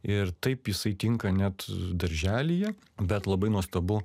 ir taip jisai tinka net darželyje bet labai nuostabu